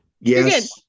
Yes